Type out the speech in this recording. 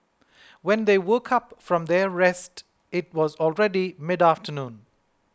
when they woke up from their rest it was already mid afternoon